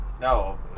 No